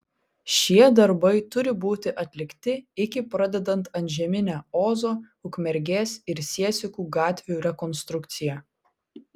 šie darbai turi būti atlikti iki pradedant antžeminę ozo ukmergės ir siesikų gatvių rekonstrukciją